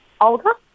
older